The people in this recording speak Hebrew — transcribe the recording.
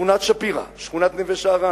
שכונת שפירא, שכונת נווה-שאנן,